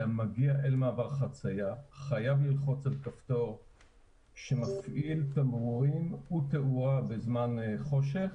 מגיע אל מעבר החציה וחייב ללחוץ על כפתור שמפעיל את התאורה בזמן חושך,